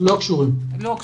לא קשורים.